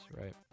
right